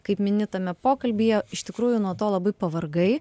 kaip mini tame pokalbyje iš tikrųjų nuo to labai pavargai